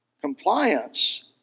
Compliance